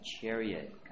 chariot